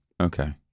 Okay